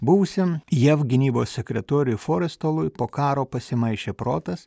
buvusiam jav gynybos sekretoriui forestolui po karo pasimaišė protas